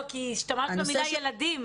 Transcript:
השתמשת במילה "ילדים",